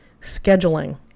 scheduling